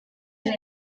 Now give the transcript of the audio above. neza